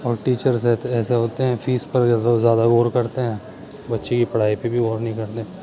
اور ٹیچرس ایسے ہوتے ہیں فیس پر زیادہ غور کرتے ہیں بچے کی پڑھائی پہ بھی غور نہیں کرتے